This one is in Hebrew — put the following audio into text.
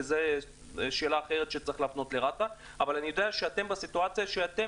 וזו שאלה אחרת שצריך להפנות לרת"א אבל אני יודע שאתם בסיטואציה שאתם